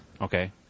Okay